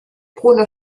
bruno